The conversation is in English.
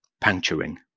Puncturing